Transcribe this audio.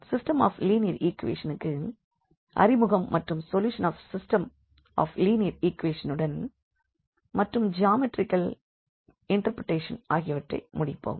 system of linear ஈக்வேஷனுக்கு அறிமுகம் மற்றும் solution of system of linear ஈக்வேஷனுடன் மற்றும் ஜியாமெட்ரிகல் இன்டர் இன்டெர்ப்ரேட்டேஷன் ஆகியவற்றை முடிப்போம்